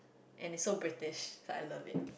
and it's so British so I love it